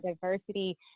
diversity